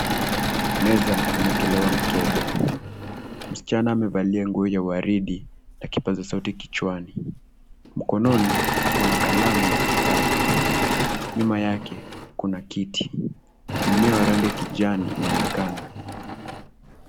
Meza umewekelewa mkebe. Msichana amevalia nguo ya waridi na kipaza sauti kichwani. Mkononi ako na kalamu na kitabu. Nyuma yake kuna kiti. Mmea wa rangi ya kijani unaonekana.